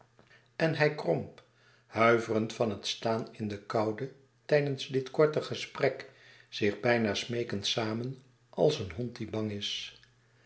en hij kromp huiverend van het staan in de koude tijdens dit korte gesprek zich bijna smeekend samen als een hond die bang is